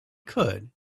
could